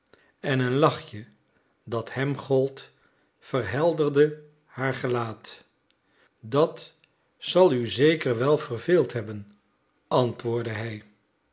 en een lachje dat hem gold verhelderde haar gelaat dat zal u zeker wel verveeld hebben antwoordde hij